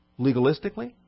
legalistically